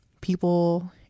people